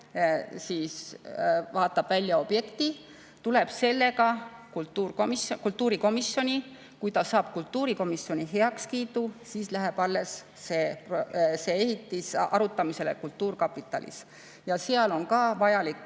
vaatab välja objekti, tuleb selle [ettepanekuga] kultuurikomisjoni. Kui ta saab kultuurikomisjoni heakskiidu, siis alles läheb see ehitis arutamisele kultuurkapitalis. Ja seal on ka vajalik